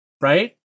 right